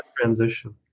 transition